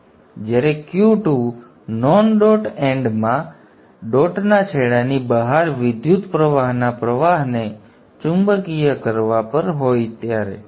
તેથી જ્યારે Q 2 non dot એન્ડમાં અને ડોટના છેડાની બહાર વિદ્યુતપ્રવાહના પ્રવાહને ચુંબકીય કરવા પર હોય ત્યારે